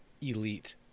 elite